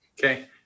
Okay